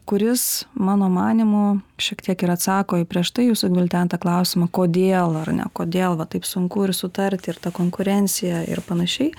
kuris mano manymu šiek tiek ir atsako į prieš tai jūsų gvildentą klausimą kodėl ar ne kodėl va taip sunku ir sutarti ir ta konkurencija ir panašiai